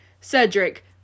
Cedric